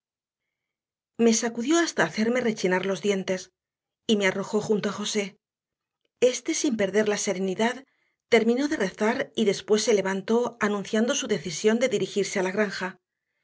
me sacudió hasta hacerme rechinar los dientes y me arrojó junto a josé éste sin perder la serenidad terminó de rezar y después se levantó anunciando su decisión de dirigirse a la granja